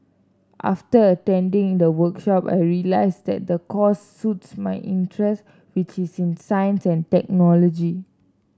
after attending the workshop I realised that the course suits my interest which is in science and technology